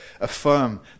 affirm